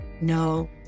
No